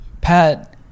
Pat